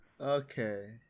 Okay